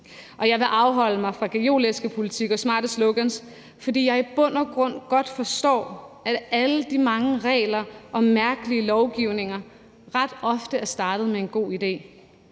Jeg vil afholde mig fra gajolæskepolitik og smarte slogans, fordi jeg i bund og grund godt forstår, at alle de mange regler og mærkelige lovgivninger ret ofte er startet med en god idé.